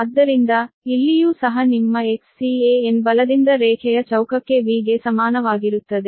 ಆದ್ದರಿಂದ ಇಲ್ಲಿಯೂ ಸಹ ನಿಮ್ಮ XCan ಬಲದಿಂದ ರೇಖೆಯ ಚೌಕಕ್ಕೆ V ಗೆ ಸಮಾನವಾಗಿರುತ್ತದೆ